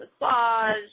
massage